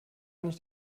nicht